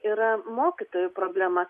yra mokytojų problema